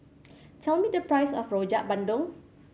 tell me the price of Rojak Bandung